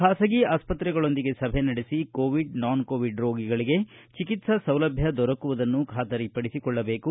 ಖಾಸಗಿ ಆಸ್ಪತ್ರೆಗಳೊಂದಿಗೆ ಸಭೆ ನಡೆಸಿ ಕೋವಿಡ್ ನಾನ್ ಕೋವಿಡ್ ರೋಗಿಗಳಿಗೆ ಚಿಕಿತ್ಸಾ ಸೌಲಭ್ಯ ದೊರಕುವುದನ್ನು ಖಾತರಿಪಡಿಸಿಕೊಳ್ಳಬೇಕು